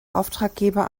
auftraggeber